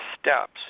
steps